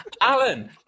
Alan